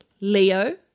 Leo